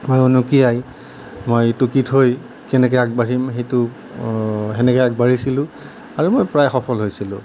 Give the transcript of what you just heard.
মই উনুকিয়াই মই টুকি থৈ কেনেকৈ আগবাঢ়িম সেইটো সেনেকৈ আগবাঢ়িছিলোঁ আৰু মই প্ৰায় সফল হৈছিলোঁ